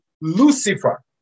Lucifer